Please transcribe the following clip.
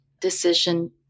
decision